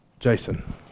Jason